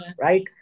right